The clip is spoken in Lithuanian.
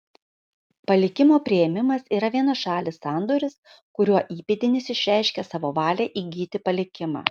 palikimo priėmimas yra vienašalis sandoris kuriuo įpėdinis išreiškia savo valią įgyti palikimą